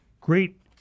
Great